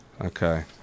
Okay